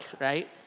right